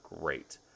great